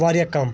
واریاہ کم